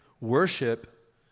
Worship